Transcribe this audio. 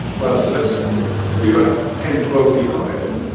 wow, so that's probably about ten, twelve feet high there.